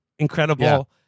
incredible